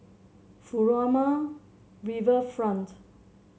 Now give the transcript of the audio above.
Furama Riverfront